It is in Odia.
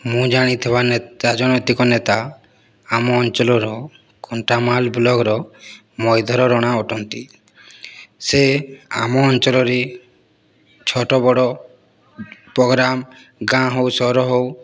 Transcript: ମୁଁ ଜାଣିଥିବା ରାଜନୈତିକ ନେତା ଆମ ଅଞ୍ଚଳର କଣ୍ଟାମାଳ ବ୍ଲକର ମହୀଧର ରଣା ଅଟନ୍ତି ସେ ଆମ ଅଞ୍ଚଳରେ ଛୋଟ ବଡ଼ ପ୍ରୋଗ୍ରାମ ଗାଁ ହେଉ ସହର ହେଉ